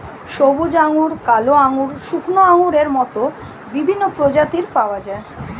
সবুজ আঙ্গুর, কালো আঙ্গুর, শুকনো আঙ্গুরের মত বিভিন্ন প্রজাতির পাওয়া যায়